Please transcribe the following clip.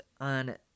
on